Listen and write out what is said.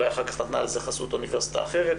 אולי אחר כך נתנה על זה חסות אוניברסיטה אחרת.